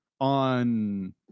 on